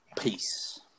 Peace